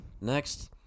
Next